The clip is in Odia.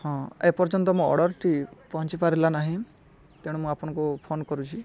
ହଁ ଏପର୍ଯ୍ୟନ୍ତ ମୋ ଅର୍ଡ଼ରଟି ପହଞ୍ଚି ପାରିଲା ନାହିଁ ତେଣୁ ମୁଁ ଆପଣଙ୍କୁ ଫୋନ୍ କରୁଛି